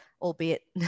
albeit